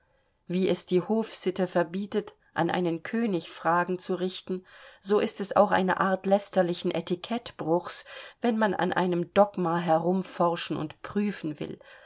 wie es die hofsitte verbietet an einen könig fragen zu richten so ist es auch eine art lästerlichen etiquettenbruchs wenn man an einem dogma herum forschen und prüfen will